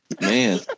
Man